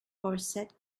corset